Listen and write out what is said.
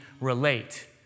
relate